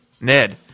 Ned